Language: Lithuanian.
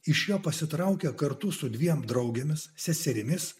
iš jo pasitraukė kartu su dviem draugėmis seserimis